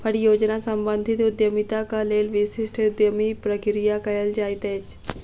परियोजना सम्बंधित उद्यमिताक लेल विशिष्ट उद्यमी प्रक्रिया कयल जाइत अछि